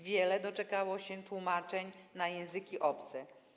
Wiele doczekało się tłumaczeń na języki obce.